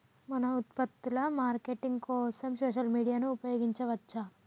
మన ఉత్పత్తుల మార్కెటింగ్ కోసం సోషల్ మీడియాను ఉపయోగించవచ్చా?